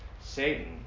Satan